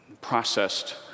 processed